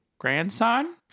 grandson